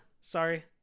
Sorry